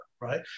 right